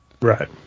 Right